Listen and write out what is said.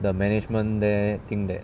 the management there think that